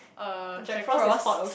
uh Jack-Frost